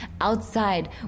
outside